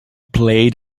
played